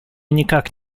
никак